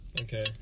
Okay